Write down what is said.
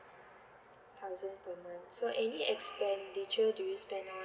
thousand per month so any expenditure do you spend on